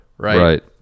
Right